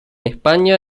españa